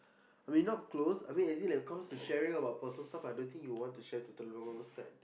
we not close I mean as in like when it comes to sharing about personal stuff I don't think you will want to share to Telok-Blangah Ustad